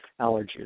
allergies